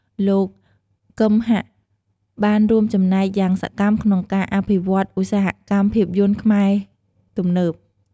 លោក គឹម ហាក់ បានរួមចំណែកយ៉ាងសកម្មក្នុងការអភិវឌ្ឍន៍ឧស្សាហកម្មភាពយន្តខ្មែរទំនើប។